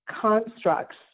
constructs